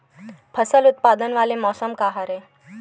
फसल उत्पादन वाले मौसम का हरे?